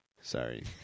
Sorry